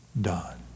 done